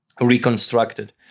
reconstructed